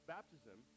Baptism